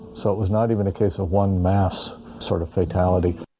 so it was not even a case of one mass sort of fatality